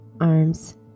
arms